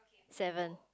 seven